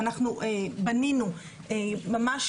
אנחנו בנינו ממש